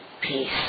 peace